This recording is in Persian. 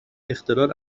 اختلال